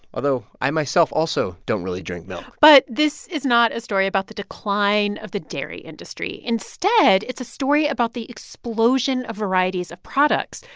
although i, myself, also don't really drink milk but this is not a story about the decline of the dairy industry. instead, it's a story about the explosion of varieties of products.